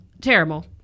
Terrible